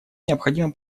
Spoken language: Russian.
необходимо